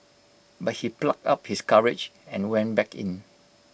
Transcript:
but he plucked up his courage and went back in